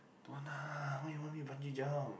don't want lah why you want me bungee jump